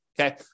Okay